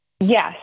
Yes